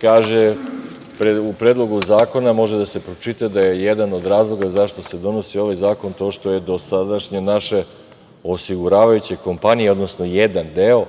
Kaže se u predlogu zakona, može da se pročita, da je jedan od razloga zašto se donosi ovaj zakon to što je dosadašnje naše osiguravajuće kompanije, odnosno jedan deo,